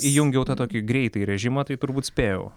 įjungiau tą tokį greitąjį režimą tai turbūt spėjau